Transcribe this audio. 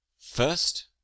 First